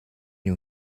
new